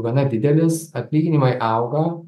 gana didelis atlyginimai augo